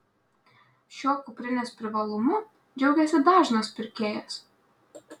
šiuo kuprinės privalumu džiaugiasi dažnas pirkėjas